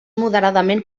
moderadament